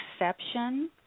exception